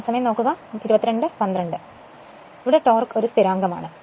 അതിനാൽ ടോർക്ക് ഒരു സ്ഥിരാങ്കമാണ്